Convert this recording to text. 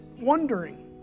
wondering